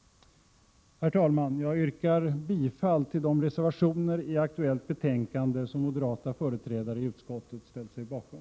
Herr talman! Jag yrkar bifall till de reservationer i aktuellt betänkande som moderata företrädare i utskottet ställt sig bakom.